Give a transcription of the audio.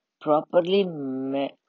properly